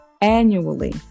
annually